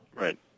Right